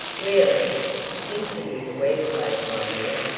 really, it's a sin for you to wear clothes, my dear.